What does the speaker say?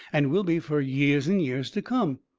and will be fur years and years to come.